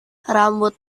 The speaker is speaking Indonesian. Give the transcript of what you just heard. rambut